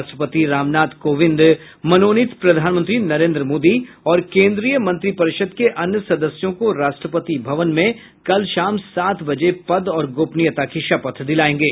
राष्ट्रपति रामनाथ कोविंद मनोनीत प्रधानमंत्री नरेन्द्र मोदी और केंद्रीय मंत्रिपरिषद के अन्य सदस्यों को राष्ट्रपति भवन में कल शाम सात बजे पद और गोपनीयता की शपथ दिलाएंगे